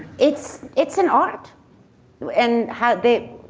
it's it's an art you know and how they,